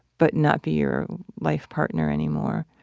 but not be your life partner anymore.